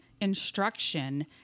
instruction